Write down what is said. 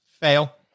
fail